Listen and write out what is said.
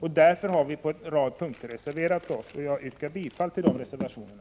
Därför har vi från centern reserverat oss på en rad punkter, och jag yrkar bifall till de reservationerna.